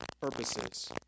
purposes